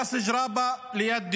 ראס ג'ראבה, ליד דימונה.